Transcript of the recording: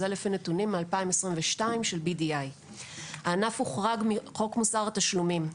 זה לפי הנתונים מ-2022 של BDI. הענף הוחרג מחוק מוסר התשלומים.